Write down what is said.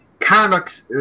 Comics